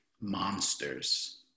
monsters